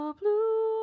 blue